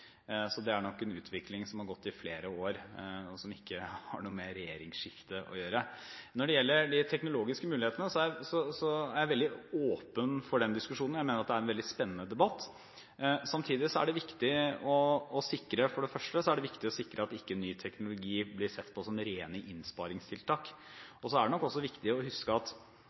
så det er nok en utvikling som har gått over flere år, og som ikke har noe med regjeringsskiftet å gjøre. Når det gjelder de teknologiske mulighetene, er jeg veldig åpen for den diskusjonen. Jeg mener at det er en veldig spennende debatt. For det første er det viktig å sikre at ny teknologi ikke blir sett på som rene innsparingstiltak. For det andre er det nok viktig å huske at